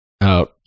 out